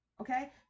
okay